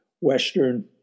Western